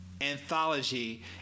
anthology